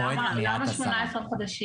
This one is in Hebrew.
למה 18 חודשים?